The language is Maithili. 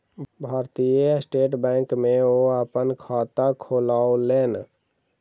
भारतीय स्टेट बैंक में ओ अपन खाता खोलौलेन